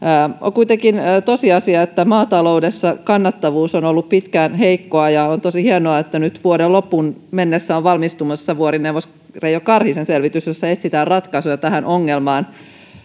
kuitenkin tosiasia että maataloudessa kannattavuus on ollut pitkään heikkoa ja on tosi hienoa että nyt vuoden loppuun mennessä on valmistumassa vuorineuvos reijo karhisen selvitys jossa etsitään ratkaisuja tähän ongelmaan